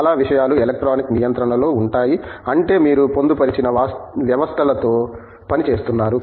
చాలా విషయాలు ఎలక్ట్రానిక్ నియంత్రణలో ఉంటాయి అంటే మీరు పొందుపరిచిన వ్యవస్థలతో పని చేస్తున్నారు